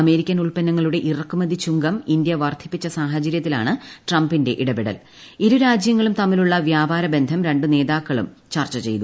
American ഉല്പന്നങ്ങളുടെ ഇറക്കുമതി ചുങ്കം ഇന്ത്യ വർധിപ്പിച്ച സാഹചര്യത്തിലാണ് ട്രംപിന്റെ ഇടപെടൽക്ക ഇരു രാജ്യങ്ങളും തമ്മിലുള്ള വ്യാപാര ബന്ധം രണ്ടു ന്റേത്തിട്ക്കളും ചർച്ച ചെയ്തു